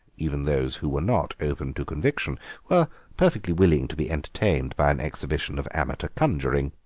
even those who were not open to conviction were perfectly willing to be entertained by an exhibition of amateur conjuring.